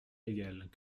légales